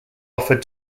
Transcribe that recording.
offered